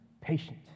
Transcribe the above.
patient